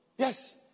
Yes